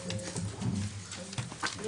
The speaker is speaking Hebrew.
11:15.